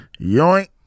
Yoink